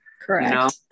Correct